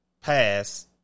pass